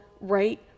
right